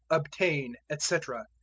obtain, etc.